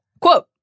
Quote